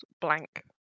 blank